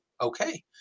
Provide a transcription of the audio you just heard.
okay